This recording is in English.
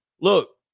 look